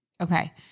Okay